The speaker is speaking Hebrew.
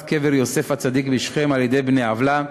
קבר יוסף הצדיק בשכם על-ידי בני עוולה,